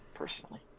personally